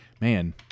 man